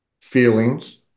Feelings